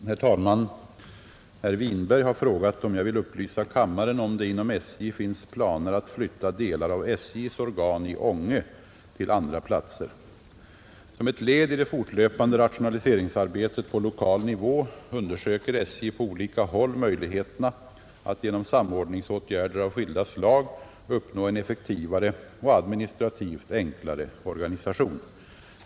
Herr talman! Herr Winberg har frågat om jag vill upplysa kammaren om det inom SJ finns planer att flytta delar av SJ:s organ i Ånge till andra platser. Som ett led i det fortlöpande rationaliseringsarbetet på lokal nivå undersöker SJ på olika håll möjligheterna att genom samordningsåtgärder av skilda slag uppnå en effektivare och administrativt enklare organisation.